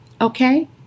Okay